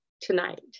tonight